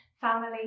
family